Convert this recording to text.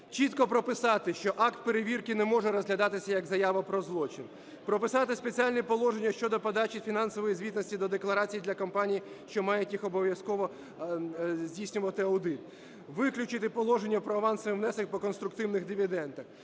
Чітко прописати, що акт перевірки не може розглядатися як заява про злочин. Прописати спеціальні положення щодо подачі фінансової звітності до декларацій для компаній, що мають їх обов'язково здійснювати аудит. Виключити положення про авансовий внесок по конструктивних дивідендах.